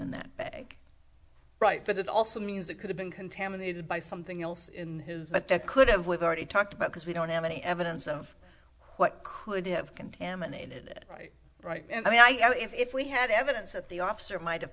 in that bag right but it also means it could have been contaminated by something else in his that they could have with already talked about because we don't have any evidence of what could have contaminated it right right and i mean i you know if we had evidence that the officer might have